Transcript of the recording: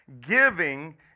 Giving